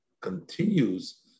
continues